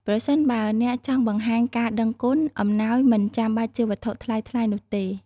ប្រសិនបើអ្នកចង់បង្ហាញការដឹងគុណ អំណោយមិនចាំបាច់ជាវត្ថុថ្លៃៗនោះទេ។